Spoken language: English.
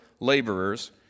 laborers